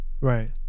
right